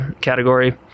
Category